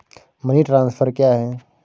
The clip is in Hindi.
मनी ट्रांसफर क्या है?